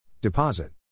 Deposit